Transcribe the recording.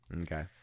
Okay